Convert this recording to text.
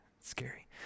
scary